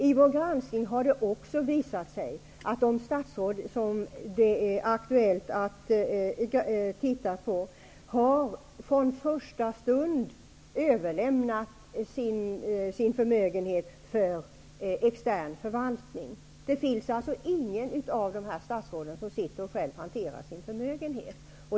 I vår granskning har det också visat sig att de statsråd som det är aktuellt att titta på, från första stund har överlämnat sin förmögenhet för extern förvaltning. Inget av de här statsråden hanterar alltså själv sin förmögenhet.